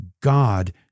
God